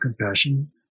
compassion